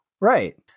Right